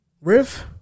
Riff